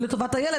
לטובת הילד,